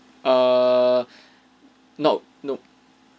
err nope nope